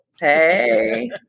Hey